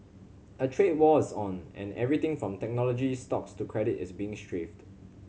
a trade war's on and everything from technology stocks to credit is being strafed